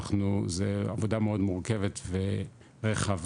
זו עבודה מאוד מורכבת ורחבה,